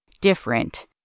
different